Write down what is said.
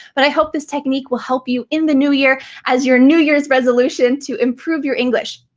but i hope this technique will help you in the new year as your new year's resolution to improve your english.